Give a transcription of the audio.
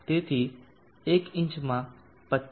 તેથી 1 ઇંચમાં 25